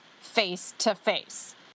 face-to-face